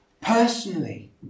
Personally